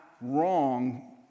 wrong